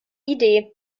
idee